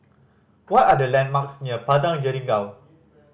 what are the landmarks near Padang Jeringau